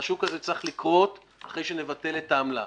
והשוק הזה צריך לקרות אחרי שנבטל את העמלה.